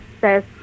says